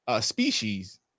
species